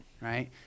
Right